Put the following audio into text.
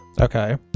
Okay